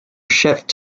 shipped